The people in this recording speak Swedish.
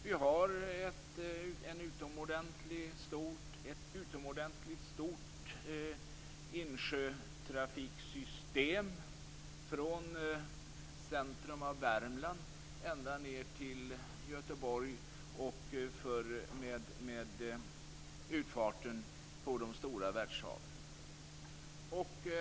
Vi har ett utomordentligt stort system av insjötrafik från centrum av Värmland ända ned till Göteborg och med utfart till de stora världshaven.